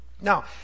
Now